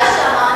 אתה היית שם.